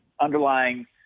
underlying